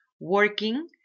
working